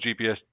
GPS